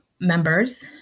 members